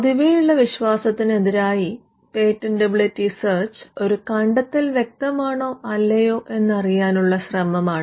പൊതുവേയുള്ള വിശ്വാസത്തിന് എതിരായി patentability search ഒരു കണ്ടെത്തൽ വ്യക്തമാണോ അല്ലയോ എന്നറിയാനുള്ള ശ്രമമാണ്